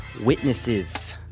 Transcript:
witnesses